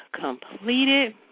completed